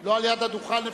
לא על יד הדוכן לפחות.